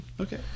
Okay